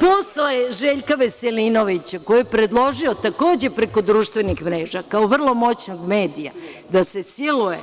Posle Željka Veselinovića koji je predložio, takođe, preko društvenih mreža kao vrlo moćnog medija, da se siluje